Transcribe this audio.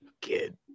kid